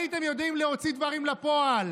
הייתם יודעים להוציא דברים לפועל.